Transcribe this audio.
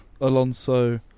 Alonso